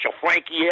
Frankie